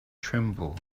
tremble